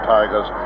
Tigers